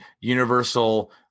universal